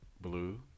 Blue